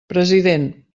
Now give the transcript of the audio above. president